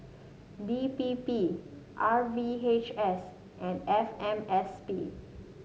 D P P R V H S and F M S P